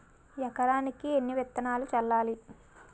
ఎకరానికి ఎన్ని విత్తనాలు చల్లాలి?